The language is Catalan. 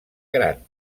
gran